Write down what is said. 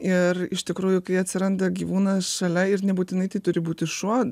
ir iš tikrųjų kai atsiranda gyvūnas šalia ir nebūtinai tai turi būti šuo